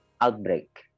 outbreak